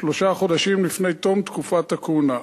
שלושה חודשים לפני תום תקופת הכהונה.